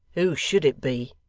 who should it be